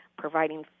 providing